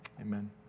Amen